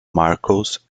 marcos